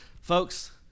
Folks